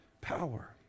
power